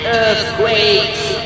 earthquakes